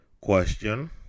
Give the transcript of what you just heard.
question